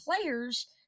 players